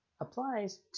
applies